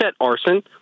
arson